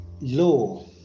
law